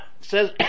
Says